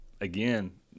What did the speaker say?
Again